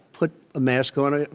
put a mask on, ah